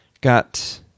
Got